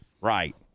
Right